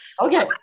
Okay